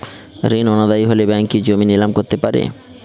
ঋণ অনাদায়ি হলে ব্যাঙ্ক কি জমি নিলাম করতে পারে?